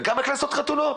וגם איך לעשות חתונות.